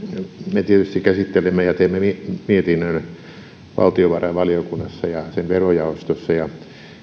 me tietysti käsittelemme ja teemme mietinnön valtiovarainvaliokunnassa ja sen verojaostossa ja